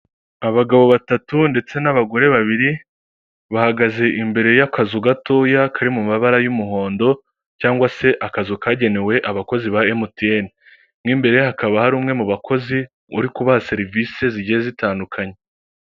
Abagabo batatu ndetse n'abagore babiri, bahagaze imbere y'akazu gatoya kari mu mabara y'umuhondo, cyangwa se akazu kagenewe abakozi ba emutiyene, imbere hakaba hari umwe mu bakozi uri kubaha serivisi zigiye zitandukanye.